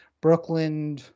Brooklyn